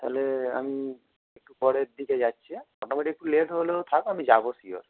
তাহলে আমি একটু পরের দিকে যাচ্ছি হ্যাঁ মোটামুটি একটু লেট হলেও থাক আমি যাবো শিওর